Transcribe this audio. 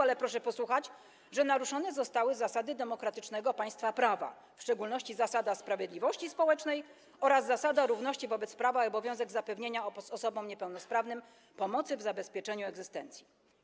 ale proszę posłuchać, że naruszone zostały zasady demokratycznego państwa prawa, w szczególności zasada sprawiedliwości społecznej oraz zasada równości wobec prawa i obowiązek zapewnienia osobom niepełnosprawnym pomocy w zabezpieczeniu egzystencji.